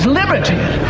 liberty